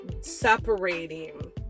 separating